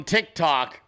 TikTok